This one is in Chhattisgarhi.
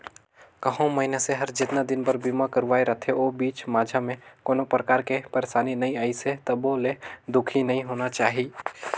कहो मइनसे हर जेतना दिन बर बीमा करवाये रथे ओ बीच माझा मे कोनो परकार के परसानी नइ आइसे तभो ले दुखी नइ होना चाही